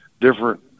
different –